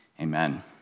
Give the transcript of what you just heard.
amen